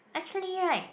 actually right